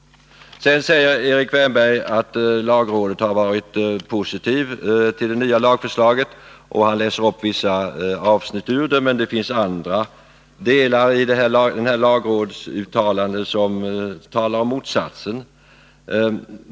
Erik Wärnberg läste vidare upp vissa avsnitt ur lagrådets yttrande och sade att lagrådet har ställt sig positivt till det nya lagförslaget, men andra delar av yttrandet talar för motsatsen.